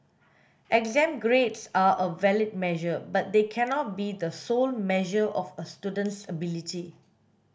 exam grades are a valid measure but they cannot be the sole measure of a student's ability